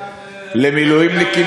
למילואימניקים,